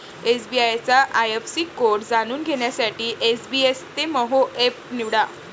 SBI चा IFSC code जाणून घेण्यासाठी एसबइस्तेमहो एप निवडा